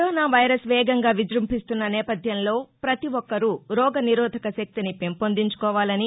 corona virus వేగంగా విజ్బంభిస్తున్న నేపథ్యంలో పతి ఒక్కరూ రోగనిరోధక శక్తిని పెంపొందించుకోవాలని